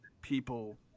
people